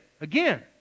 again